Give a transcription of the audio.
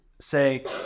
say